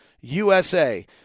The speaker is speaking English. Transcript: USA